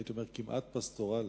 הייתי אומר, כמעט פסטורלי,